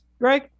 Greg